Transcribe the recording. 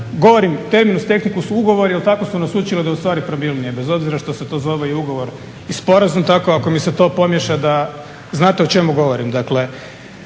govorim terminus technicus su ugovori, tako su nas učili da je u stvari pravilnije bez obzira što se to zove i ugovor i sporazum. Tako ako mi se to pomiješa da znate o čemu govorim.